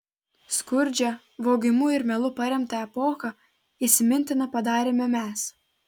skurdžią vogimu ir melu paremtą epochą įsimintina padarėme mes